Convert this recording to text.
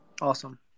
Awesome